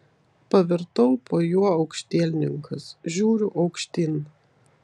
pavirtau po juo aukštielninkas žiūriu aukštyn